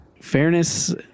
Fairness